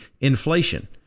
inflation